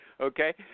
Okay